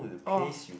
oh